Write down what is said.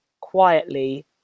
quietly